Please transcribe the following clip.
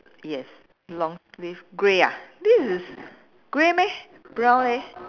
yes long sleeve grey ah this is grey meh brown leh